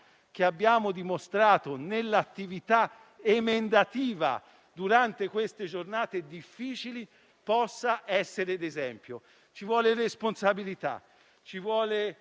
che abbiamo dimostrato nell'attività emendativa durante queste giornate difficili possa essere d'esempio. Ci vuole responsabilità, ci vuole